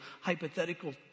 hypothetical